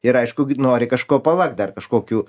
ir aišku k nori kažko palakt dar kažkokių